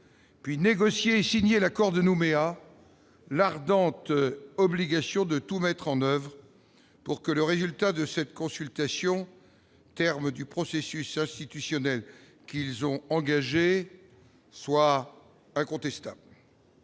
puis négocié et signé l'accord de Nouméa, l'ardente obligation de tout mettre en oeuvre pour que le résultat de cette consultation, terme du processus institutionnel qu'ils ont engagé, soit incontestable.